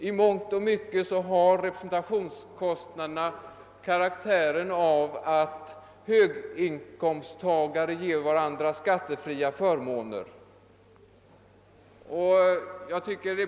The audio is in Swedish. I mångt och mycket har representationskostnaderna karaktären av att höginkomsttagare ger varandra skattefria förmåner.